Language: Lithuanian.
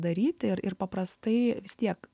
daryti ir ir paprastai vis tiek